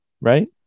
right